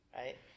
right